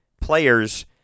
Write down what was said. players